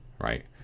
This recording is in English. Right